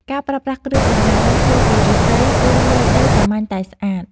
ការប្រើប្រាស់គ្រឿងសង្ហារឹមធ្វើពីឫស្សី គឺមើលទៅសាមញ្ញតែស្អាត។